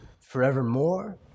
forevermore